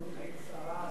היית שרה בממשלה.